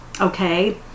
okay